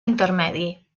intermedi